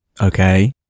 Okay